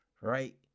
right